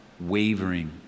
wavering